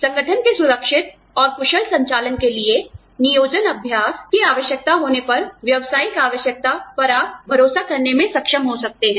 संगठन के सुरक्षित और कुशल संचालन के लिए नियोजन अभ्यास की आवश्यकता होने पर व्यावसायिक आवश्यकता पर आप भरोसा करने में सक्षम हो सकते हैं